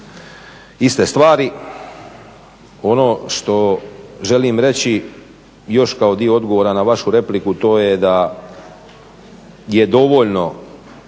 iste stvari. Ono što želim reći još kao dio odgovora na vašu repliku to je da je dovoljno